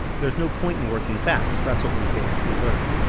there's no point in working fast. that's what we basically learned